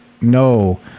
no